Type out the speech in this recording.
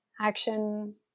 Action